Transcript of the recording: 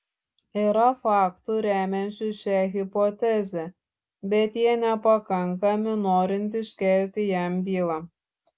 yra faktų remiančių šią hipotezę bet jie nepakankami norint iškelti jam bylą